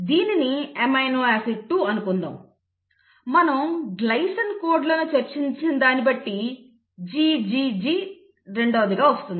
దీనిని amino acid 2 అని అనుకుందాం మనం గ్లైసిన్ కోడ్లను చర్చించిన దాన్నిబట్టి GGG రెండవదిగా వస్తుంది